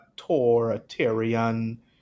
authoritarian